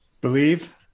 Believe